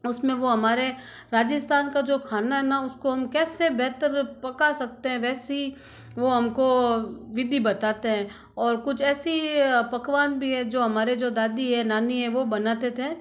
उसमें वो हमारे राजस्थान का जो खाना है ना उसको हम कैसे बेहतर पका सकते हैं वैसी वो हमको विधि बताते हैं और कुछ ऐसी पकवान भी है जो हमारे जो दादी है नानी है वो बनाते थे